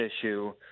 issue